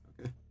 okay